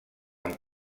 amb